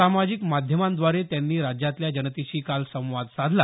सामाजिक माध्यमांद्वारे त्यांनी राज्यातल्या जनतेशी काल संवाद साधला